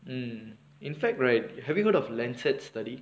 um in fact right have you heard of lancet study